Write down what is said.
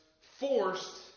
forced